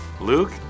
Luke